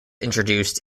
introduced